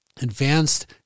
advanced